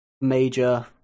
major